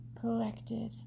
collected